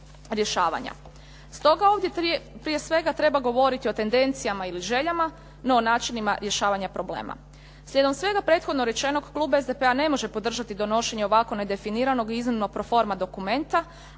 Stoga ovdje prije svega treba govoriti o tendencijama ili željama, no o načinima rješavanja problema. Slijedom svega prethodno rečenog, klub SDP-a ne može podržati donošenje ovako nedefiniranog i iznimno pro forma dokumenta,